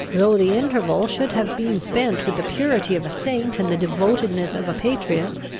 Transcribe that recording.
though the interval should have been spent with the purity of a saint and the devotedness of a patriot,